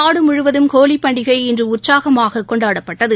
நாடு முழுவதும் ஹோலிப்பண்டிகை இன்று உற்சாகமாகக் கொண்டாடப்பட்டது